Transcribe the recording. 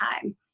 time